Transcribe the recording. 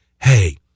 Hey